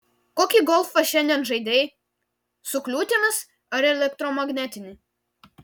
kokį golfą šiandien žaidei su kliūtimis ar elektromagnetinį